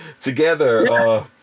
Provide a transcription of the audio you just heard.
together